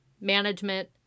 management